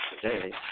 today